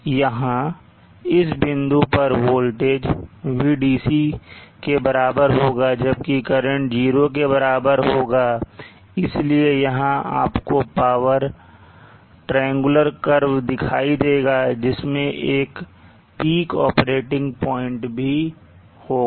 यहां इस बिंदु पर वोल्टेज Vdc के बराबर होगा जबकि करंट 0 के बराबर होगा इसलिए यहां आपको पावर का ट्रायंगुलर curve दिखाई देगा जिसमें एक peak operating पॉइंट भी होगा